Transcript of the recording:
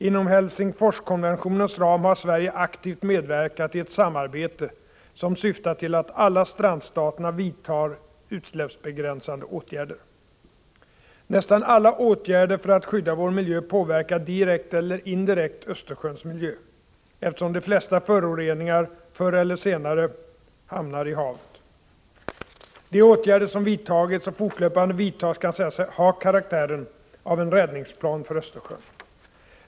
Inom Helsingforskonventionens ram har Sverige aktivt medverkat i ett samarbete som syftar till att alla strandstaterna vidtar utsläppsbegränsande åtgärder. Nästan alla åtgärder för att skydda vår miljö påverkar direkt eller indirekt Östersjöns miljö, eftersom de flesta föroreningar förr eller senare hamnar i havet. De åtgärder som vidtagits och fortlöpande vidtas kan sägas ha karaktären av en räddningsplan för Östersjön.